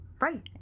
right